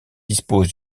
dispose